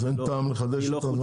אז אין טעם לחדש אותה?